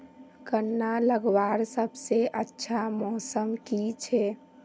गन्ना लगवार सबसे अच्छा मौसम की छे?